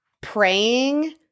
praying